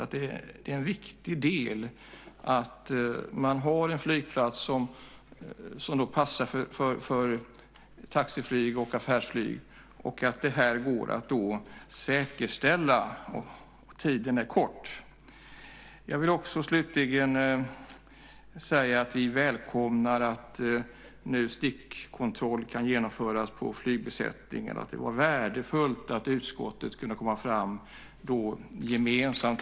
Det är en viktig del att ha en flygplats som passar för taxiflyg och affärsflyg och att detta går att säkerställa. Tiden är kort. Jag vill slutligen säga att vi välkomnar att stickprovskontroller nu kan genomföras på flygbesättningar. Det var värdefullt att utskottet här kunde komma fram gemensamt.